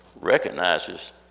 recognizes